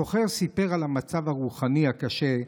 הסוחר סיפר על המצב הרוחני הקשה,